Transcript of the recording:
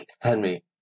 Henry